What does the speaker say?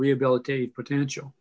rehabilitate potential